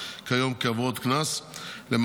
כיום כעבירות קנס כהפרות מינהליות,